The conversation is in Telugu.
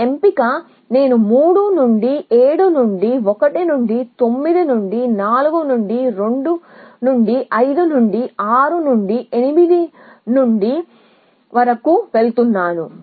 ఈ ఎంపిక నేను 3 నుండి 7 నుండి 1 నుండి 9 నుండి 4 నుండి 2 నుండి 5 నుండి 6 నుండి 8 వరకు వెళుతున్నాను